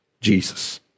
Jesus